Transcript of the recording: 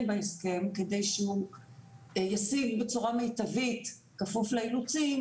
בהסכם כדי שהוא ישיג בצורה מיטבית כפוף לאילוצים,